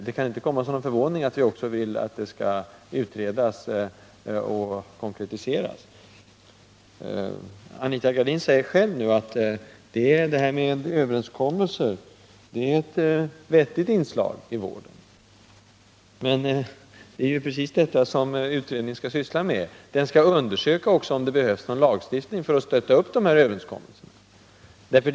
Det kan inte komma som någon överraskning att vi också vill att denna tanke skall utredas. Anita Gradin säger själv nu att detta med överenskommelser är ett vettigt inslag i vården. Men det är ju precis det som utredningen skall syssla med. Den skall också undersöka om det behövs någon lagstiftning för att stötta upp sådana överenskommelser.